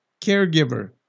caregiver